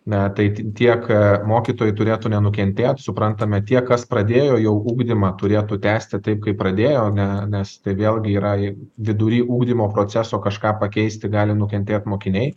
ne t tai tiek mokytojai turėtų nenukentėt suprantame tie kas pradėjo jau ugdymą turėtų tęsti taip kaip pradėjo ne nes tai vėlgi yra vidury ugdymo proceso kažką pakeisti gali nukentėt mokiniai